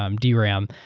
um dram.